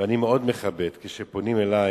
ואני מכבד מאוד כשפונים אלי